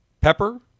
pepper